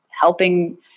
helping